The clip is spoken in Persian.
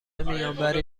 میانبری